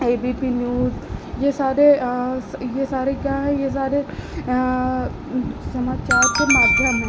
ए B P news यह सारे यह सारे क्या हैं यह सारे समाचार के माध्यम हैं